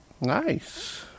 nice